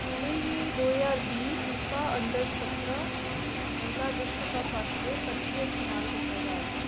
इ'नें गी दो ज्हार बीह् फीफा अंडर सत्तरां महिला विश्व कप आस्तै परतियै इस्तेमाल कीता जाह्ग